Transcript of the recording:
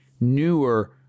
newer